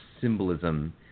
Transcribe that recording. symbolism